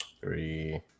three